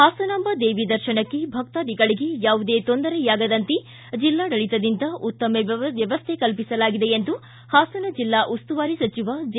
ಹಾಸನಾಂಬ ದೇವಿ ದರ್ಶನಕ್ಕೆ ಭಕ್ತಾಧಿಗಳಿಗೆ ಯಾವುದೇ ತೊಂದರೆಯಾಗದಂತೆ ಜಿಲ್ಲಾಡಳಿತದಿಂದ ಉತ್ತಮ ವ್ಯವಸ್ಥೆ ಕಲ್ಪಿಸಲಾಗಿದೆ ಎಂದು ಹಾಸನ ಜಿಲ್ಲಾ ಉಸ್ತುವಾರಿ ಸಚಿವ ಜೆ